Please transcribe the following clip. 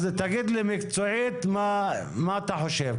תגיד לי מקצועית מה אתה חושב.